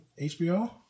HBO